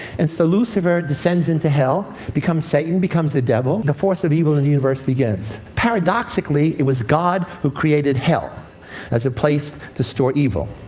and so lucifer descends into hell, becomes satan, becomes the devil, and the force of evil in the universe begins. paradoxically, it was god who created hell as a place to store evil.